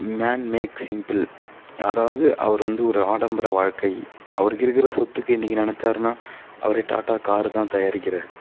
man make simple அதாவது அவரு வந்து ஒரு ஆடம்பர வாழ்க்கை அவருக்கு இருக்கிற சொத்துக்கு இன்னைக்கி நெனைச்சார்னா அவரே டாட்டா காரு தான் தயாரிக்கிறார்